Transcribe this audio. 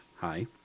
Hi